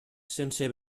sense